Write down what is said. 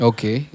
Okay